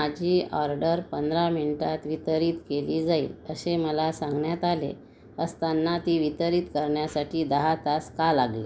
माझी ऑर्डर पंधरा मिनिटांत वितरित केली जाईल असे मला सांगण्यात आले असताना ती वितरित करण्यासाठी दहा तास का लागले